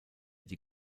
die